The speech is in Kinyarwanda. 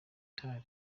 guitar